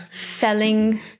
selling